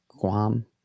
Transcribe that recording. Guam